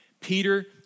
Peter